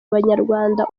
abanyarwanda